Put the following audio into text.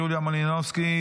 יוליה מלינובסקי,